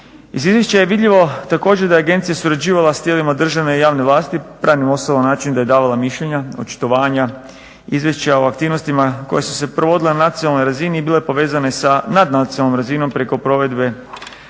Iz izvješća je vidljivo također da je agencija surađivala sa tijelima državne i javne vlasti, pravnim osobama na način da je davala mišljenja, očitovanja, izvješća o aktivnostima koja su se provodila na nacionalnoj razini i bile povezane sa nadnacionalnom razinom preko provedbe EU